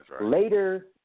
Later